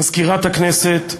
מזכירת הכנסת,